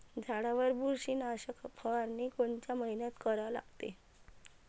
झाडावर बुरशीनाशक फवारनी कोनच्या मइन्यात करा लागते?